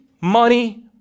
money